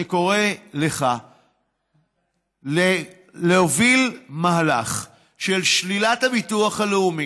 אני קורא לך להוביל מהלך של שלילת הביטוח הלאומי,